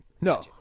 No